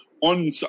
on